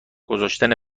گذاشتن